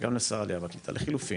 וגם לשר העלייה והקליטה, לחילופין,